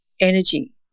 energy